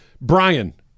Brian